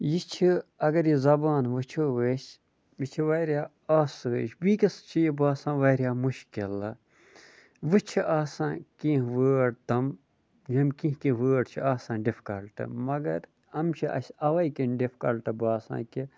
یہِ چھِ اگر یہِ زَبان وٕچھو أسۍ یہِ چھِ واریاہ آسٲیِش بیکِس چھِ یہِ باسان واریاہ مُشکِلہٕ وٕ چھِ آسان کیٚنٛہہ وٲڈ تم یِم کیٚنٛہہ کیٚنٛہہ وٲڈ چھِ آسان ڈِفکَلٹ مگر یِم چھِ اَسہِ اَوَے کِنۍ ڈِفکَلٹ باسان کہِ